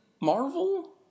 Marvel